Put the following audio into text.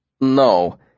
No